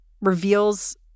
reveals